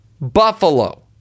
Buffalo